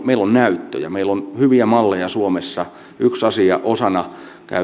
meillä on näyttöjä meillä on hyviä malleja suomessa yksi asia osana